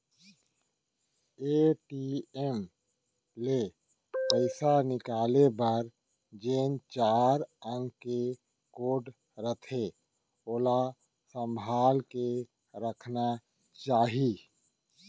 ATM ले पइसा निकाले बर जेन चार अंक के कोड रथे ओला संभाल के रखना चाही